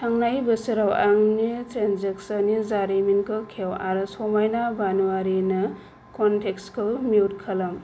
थांनाय बोसोराव आंनि ट्रेन्जेकसननि जारिमिनखौ खेव आरो समायना बानुआरिनो कनटेक्टखौ मिउट खालाम